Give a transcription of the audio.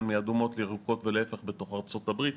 מאדומות לירוקות ולהיפך בתוך ארצות הברית,